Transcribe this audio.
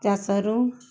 ଚାଷରୁ